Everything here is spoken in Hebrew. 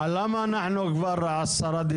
למה אנחנו מקיימים 10 דיונים?